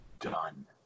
done